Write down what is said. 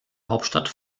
hauptstadt